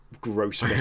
gross